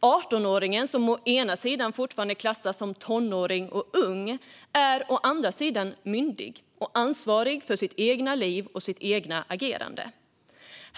Den 18-åring som å ena sidan fortfarande klassas som tonåring och ung är å andra sidan myndig och ansvarig för sitt eget liv och sitt eget agerande.